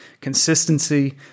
consistency